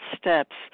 steps